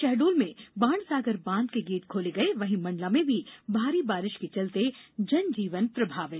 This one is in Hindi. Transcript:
शहडोल में बाणसागर बांध के गेट खोले गये वहीं मंडला में भारी बारिश के चलते जनजीवन प्रभावित